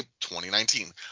2019